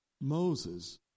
Moses